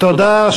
תודה.